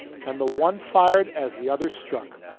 and the one fired as the other struck.